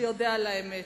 שיודה על האמת.